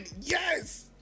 yes